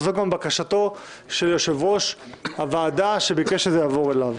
וזאת גם בקשתו של יושב-ראש הוועדה שביקש שזה יעבור אליו.